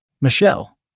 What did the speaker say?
Michelle